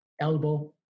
elbow